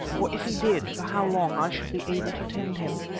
or if he did, for how long i should be able to tend him.